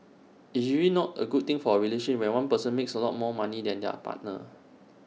it's usually not A good thing for A relationship when one person makes A lot more money than their partner